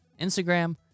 instagram